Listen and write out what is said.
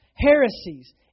heresies